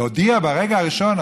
להודיע ברגע הראשון?